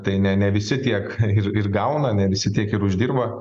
tai ne ne visi tiek ir ir gauna ne visi tiek ir uždirba